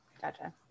Gotcha